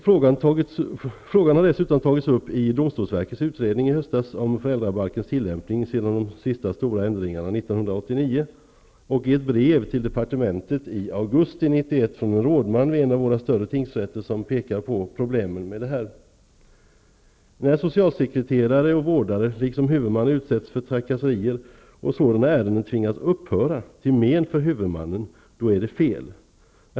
Frågan togs dessutom upp i domstolsverkets utredning i höstas om föräldrabalkens tillämpning efter de senaste stora ändringarna 1989 samt i ett brev till departementet i augusti 1991 från en rådman vid en av våra större tingsrätter som pekar på problemen i det här sammanhanget. När socialsekreterare och vårdare, liksom huvudman, utsätts för trakasserier och när sådana ärenden tvingas upphöra -- till men för huvudmannen -- är det fel.